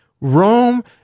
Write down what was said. Rome